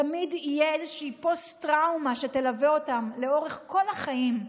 תמיד תהיה איזושהי פוסט-טראומה שתלווה אותם לאורך כל החיים.